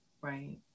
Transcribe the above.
Right